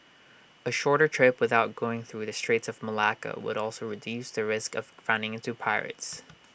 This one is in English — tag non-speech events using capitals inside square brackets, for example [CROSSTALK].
A shorter trip without going through the straits of Malacca would also reduce the risk of running into pirates [NOISE]